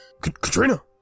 Katrina